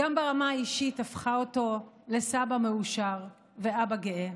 גם ברמה האישית, הפכה אותו לסבא מאושר ואבא גאה.